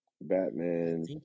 Batman